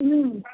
ಹ್ಞೂ